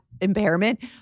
impairment